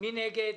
מי נגד?